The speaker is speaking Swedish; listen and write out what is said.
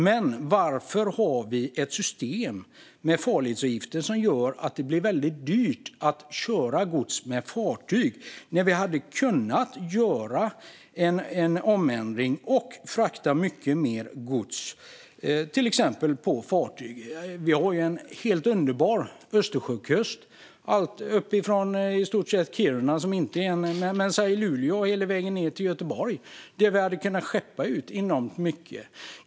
Men varför har vi ett system med farledsavgifter som gör att det blir väldigt dyrt att köra gods med fartyg när vi hade kunnat göra en ändring och frakta mycket mer gods till exempel på fartyg? Vi har ju en helt underbar Östersjökust i stort sett uppifrån Kiruna - eller i alla fall Luleå - hela vägen ned till Göteborg där vi hade kunnat skeppa ut enormt mycket.